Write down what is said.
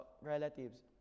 relatives